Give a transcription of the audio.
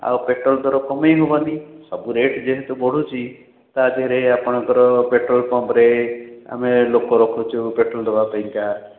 ଆଉ ପେଟ୍ରୋଲ୍ ଦର କମେଇ ହେବନି ସବୁ ରେଟ୍ ଯେମିତି ବଢୁଛି ତା ଦେହରେ ଆପଣଙ୍କର ପେଟ୍ରୋଲ୍ ପମ୍ପରେ ଆମେ ଲୋକ ରଖୁଛୁ ପେଟ୍ରୋଲ୍ ଦେବାପାଇଁ କା